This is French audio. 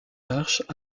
arches